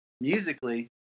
Musically